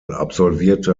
absolvierte